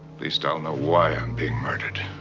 least i'll know why i'm being murdered.